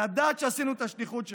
לדעת שעשינו את השליחות שלנו.